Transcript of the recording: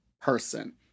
person